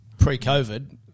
pre-COVID